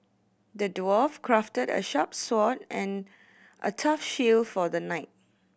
the dwarf crafted a sharp sword and a tough shield for the knight